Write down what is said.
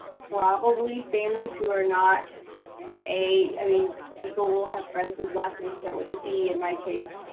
probably families who are not a, i mean people will have friends whose last names start with a b in my case,